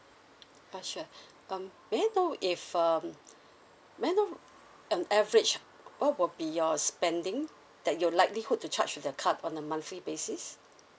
ah sure um may I know if um may I know um average what will be your spending that your likelihood to charge to the card on a monthly basis